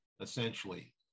essentially